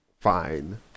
fine